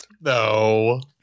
No